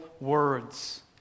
words